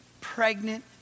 pregnant